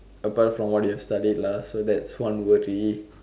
apart from what you've studied lah so that's one worry